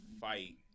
fight